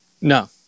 No